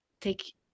take